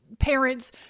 parents